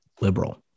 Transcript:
liberal